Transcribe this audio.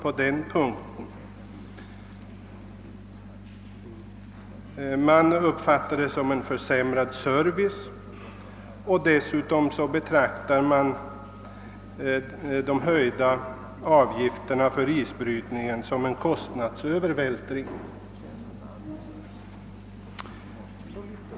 Förändringarna uppfattas där som försämrad service och de höjda avgifterna för isbrytningen som en kostnadsövervältring.